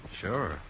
sure